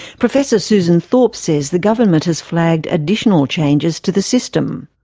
professor susan thorp says the government has flagged additional changes to the system.